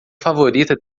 favorita